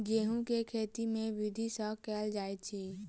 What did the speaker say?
गेंहूँ केँ खेती केँ विधि सँ केल जाइत अछि?